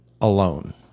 alone